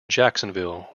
jacksonville